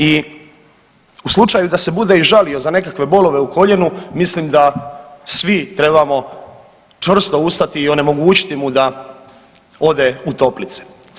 I u slučaju da se bude i žalio za nekakve bolove u koljenu mislim da svi trebamo čvrsto ustati i onemogućiti mu da ode u toplice.